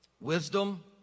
wisdom